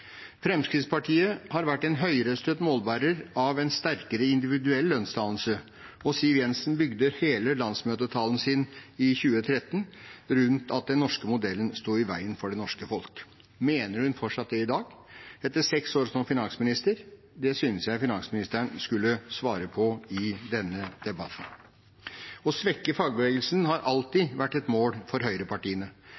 Fremskrittspartiet har vært en høyrøstet målbærer av en sterkere individuell lønnsdannelse, og Siv Jensen bygde i 2013 hele landsmøtetalen sin rundt at den norske modellen sto i veien for det norske folk. Mener hun fortsatt det i dag, etter seks år som finansminister? Det synes jeg finansministeren skulle svare på i denne debatten. Å svekke fagbevegelsen har alltid